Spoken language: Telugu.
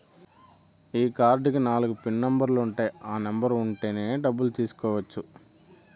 ఈ కార్డ్ కి నాలుగు పిన్ నెంబర్లు ఉంటాయి ఆ నెంబర్ ఉంటేనే డబ్బులు తీసుకోవచ్చు